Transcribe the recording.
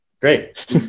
Great